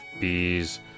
bees